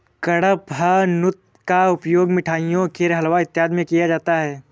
कडपहनुत का उपयोग मिठाइयों खीर हलवा इत्यादि में किया जाता है